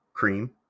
Cream